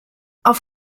auf